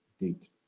date